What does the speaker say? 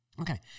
Okay